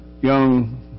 young